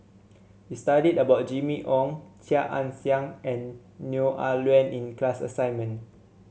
we studied about Jimmy Ong Chia Ann Siang and Neo Ah Luan in class assignment